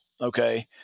okay